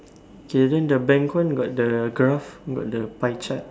okay then the bank one got the graph got the pie chart